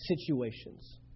situations